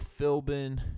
Philbin